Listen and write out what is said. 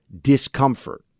discomfort